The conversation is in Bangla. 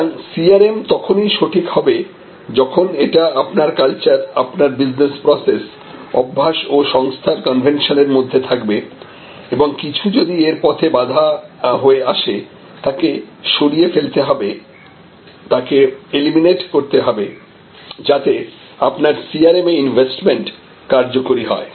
সুতরাং CRM তখনই সঠিক হবে যখন এটা আপনার কালচার আপনার বিজনেস প্রসেস অভ্যাস ও সংস্থার কনভেনশন এর মধ্যে থাকবে এবং কিছু যদি এর পথে বাধা হয়ে আসে তাকে সরিয়ে ফেলতে হবেতাকে এলিমিনেট করতে হবে যাতে আপনার CRM এ ইনভেসমেন্ট কার্যকরী হয়